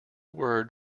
word